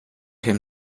him